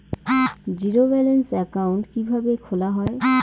Zero balance account কিভাবে খোলা হয়?